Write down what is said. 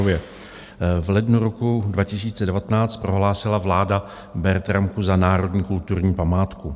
V lednu roku 2019 prohlásila vláda Bertramku za národní kulturní památku.